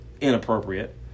inappropriate